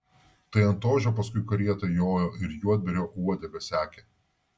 tai ant ožio paskui karietą jojo ir juodbėrio uodegą sekė